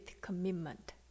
commitment